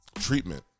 treatment